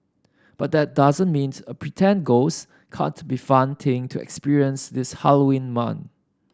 but that doesn't means a pretend ghost can't be fun thing to experience this Halloween month